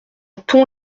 thaon